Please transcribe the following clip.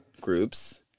groups